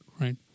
right